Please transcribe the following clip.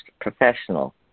professional